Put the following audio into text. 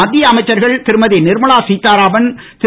மத்திய அமைச்சர்கள் திருமதி நிர்மலா சித்தாராமன் திரு